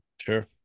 Sure